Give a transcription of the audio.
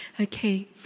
Okay